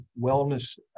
wellness